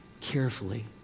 carefully